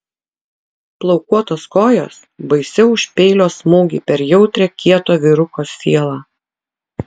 plaukuotos kojos baisiau už peilio smūgį per jautrią kieto vyruko sielą